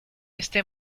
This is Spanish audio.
este